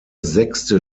sechste